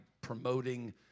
promoting